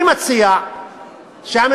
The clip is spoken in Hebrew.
אני מציע שהממשלה,